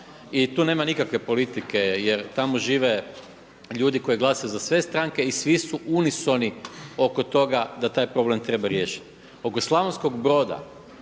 i tu nema nikakve politike jer tamo žive ljudi koji glasaju za sve stranke i svi su unisoni oko toga da taj problem treba riješiti.